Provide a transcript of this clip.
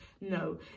no